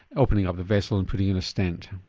opening up the vessel and putting in a stent?